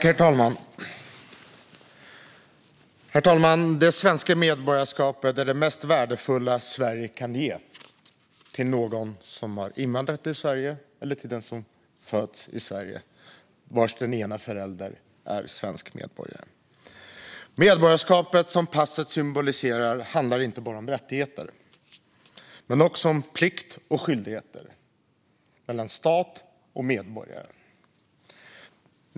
Herr talman! Det svenska medborgarskapet är det mest värdefulla Sverige kan ge till någon som har invandrat till Sverige eller till den som föds i Sverige och vars ena förälder är svensk medborgare. Medborgarskapet som passet symboliserar handlar inte bara om rättigheter utan också om plikt och skyldigheter mellan stat och medborgare.